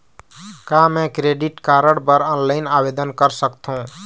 का मैं credit card बर ऑनलाइन आवेदन कर सकथों?